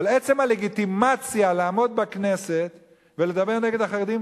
אבל עצם הלגיטימציה לעמוד בכנסת ולדבר נגד החרדים,